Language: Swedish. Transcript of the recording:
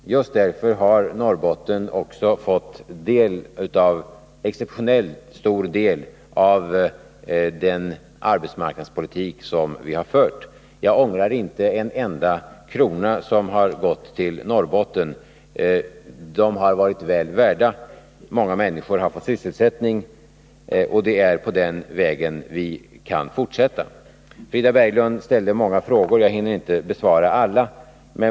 Just därför har Norrbotten också fått exceptionellt stor del av de arbetsmarknadspolitiska resurserna. Regeringen ångrar inte en enda krona som satsats. De pengarna har varit väl värda att satsas just i Norrbotten. Många människor har fått sysselsättning. Det är på den nu inslagna vägen som regeringen kan fortsätta att hjälpa Norrbotten. Frida Berglund ställde många frågor, och jag hinner inte besvara alla.